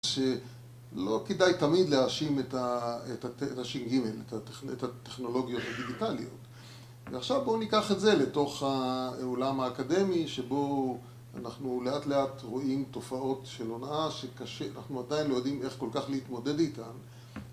שלא כדאי תמיד להאשים את הש.ג, את הטכנולוגיות הדיגיטליות, ועכשיו בואו ניקח את זה לתוך העולם האקדמי שבו אנחנו לאט לאט רואים תופעות של הונאה שאנחנו עדיין לא יודעים איך כל כך להתמודד איתן